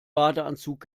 badeanzug